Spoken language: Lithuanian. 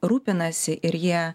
rūpinasi ir jie